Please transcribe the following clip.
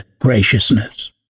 graciousness